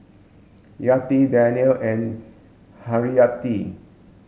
Yati Daniel and Haryati